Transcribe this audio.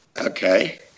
okay